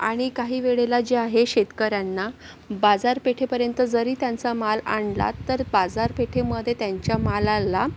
आणि काही वेळेला जे आहे शेतकऱ्यांना बाजारपेठेपर्यंत जरी त्यांचा माल आणला तर बाजारपेठेमध्ये त्यांच्या मालाला